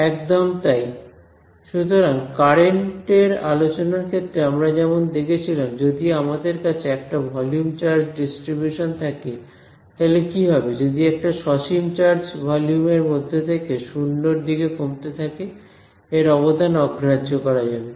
একদম তাই সুতরাং কারেন্টের আলোচনার ক্ষেত্রে আমরা যেমন দেখেছিলাম যদি আমাদের কাছে একটা ভলিউম চার্জ ডিসট্রিবিউশন থাকে তাহলে কি হবে যদি একটা সসীম চার্জ ভলিউম এর মধ্যে থেকে 0 এর দিকে কমতে থাকে এর অবদান অগ্রাহ্য করা যাবে